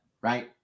Right